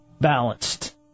balanced